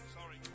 Sorry